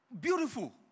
Beautiful